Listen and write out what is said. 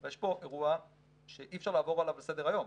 יש פה אירוע שאי אפשר לעבור עליו לסדר היום.